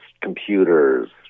computers